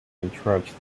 entrenched